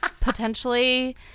potentially